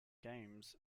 games